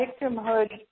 victimhood